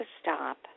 stop